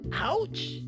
Ouch